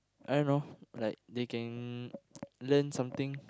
I don't know like they can learn something